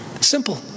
Simple